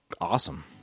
awesome